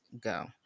go